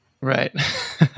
right